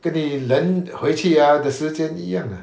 跟你人回去 ah 的时间一样